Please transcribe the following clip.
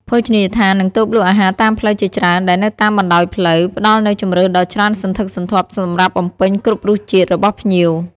ភោជនីយដ្ឋាន និងតូបលក់អាហារតាមផ្លូវជាច្រើន ដែលនៅតាមបណ្ដោយផ្លូវ ផ្ដល់នូវជម្រើសដ៏ច្រើនសន្ធឹកសន្ធាប់សម្រាប់បំពេញគ្រប់រសជាតិរបស់ភ្ញៀវ។